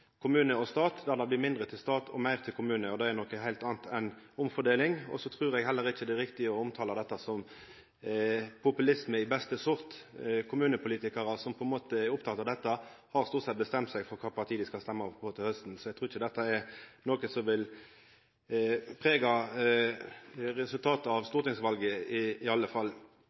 kommune og stat, der det blir mindre til stat og meir til kommune. Det er noko heilt anna enn skatteauke. Så trur eg heller ikkje det er riktig å omtala dette som populisme av beste sort. Kommunepolitikarar som er opptekne av dette, har stort sett bestemt seg for kva for parti dei skal stemma på til hausten. Eg trur ikkje dette er noko som vil prega resultatet av stortingsvalet i alle fall.